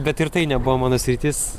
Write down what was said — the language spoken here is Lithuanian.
bet ir tai nebuvo mano sritis